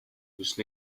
whose